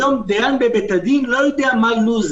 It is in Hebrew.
היום דיין בבית-הדין לא יודע מה הלו"ז